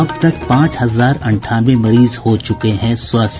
अब तक पांच हजार अंठानवे मरीज हो चुके हैं स्वस्थ